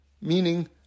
meaning